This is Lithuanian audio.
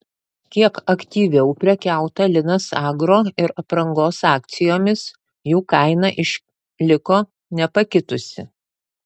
kiek aktyviau prekiauta linas agro ir aprangos akcijomis jų kaina išliko nepakitusi